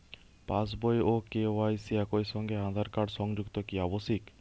পাশ বই ও কে.ওয়াই.সি একই সঙ্গে আঁধার কার্ড সংযুক্ত কি আবশিক?